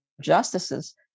justices